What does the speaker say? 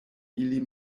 ili